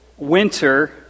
Winter